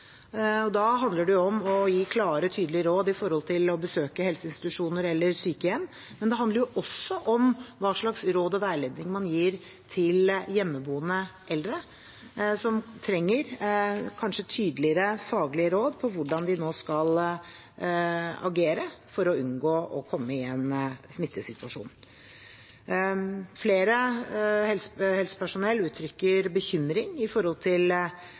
Da handler det om å gi klare, tydelige råd om å besøke helseinstitusjoner eller sykehjem. Men det handler også om hva slags råd og veiledning man gir til hjemmeboende eldre som kanskje trenger tydeligere faglige råd om hvordan de nå skal agere for å unngå å komme i en smittesituasjon. Flere blant helsepersonell uttrykker bekymring